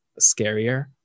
scarier